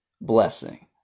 blessing